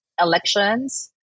elections